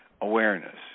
awareness